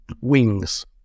wings